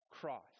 cross